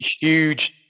huge